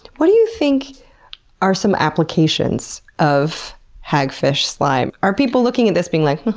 what do you think are some applications of hagfish slime? are people looking at this being like, but